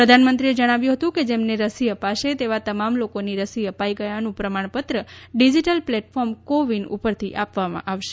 પ્રધાનમંત્રીએ જણાવ્યું હતું કે જેમને રસી અપાશે તેવા તમામ લોકોને રસી અપાઈ ગયાનું પ્રમાણપત્ર ડિજિટલ પ્લેટફોર્મ કો વિન ઉપરથી આપવામાં આવશે